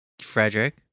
Frederick